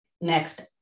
next